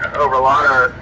over lotterer.